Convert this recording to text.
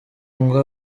ngo